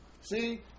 See